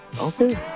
okay